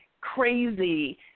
crazy